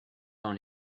dans